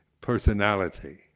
personality